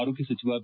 ಆರೋಗ್ಯ ಸಚಿವ ಬಿ